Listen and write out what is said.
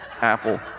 apple